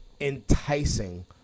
enticing